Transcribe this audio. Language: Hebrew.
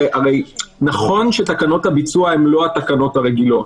שהרי נכון שתקנות הביצוע הן לא התקנות הרגילות,